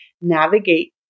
navigate